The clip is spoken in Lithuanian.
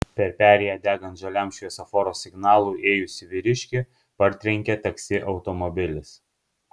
per perėją degant žaliam šviesoforo signalui ėjusį vyriškį partrenkė taksi automobilis